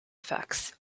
effects